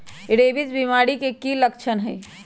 rabies बीमारी के कि कि लच्छन हई